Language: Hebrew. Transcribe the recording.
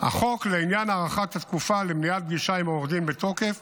החוק לעניין הארכת התקופה למניעת פגישה עם עורך דין בתוקף